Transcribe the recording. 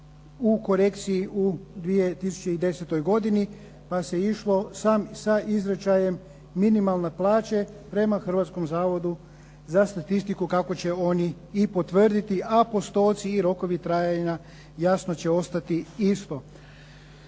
u korekciji u 2010. godini pa se išlo sa izričajem minimalne plaće prema Hrvatskom zavodu za statistiku kako će oni i potvrditi a postoci i rokovi trajanja jasno će ostati isto.